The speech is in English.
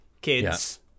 kids